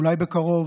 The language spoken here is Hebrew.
אולי בקרוב